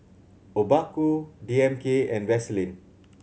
Obaku D M K and Vaseline